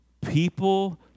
People